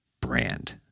brand